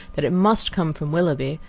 that it must come from willoughby,